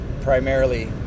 primarily